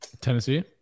Tennessee